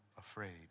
afraid